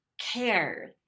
care